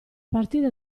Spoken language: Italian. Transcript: partire